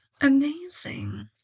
Amazing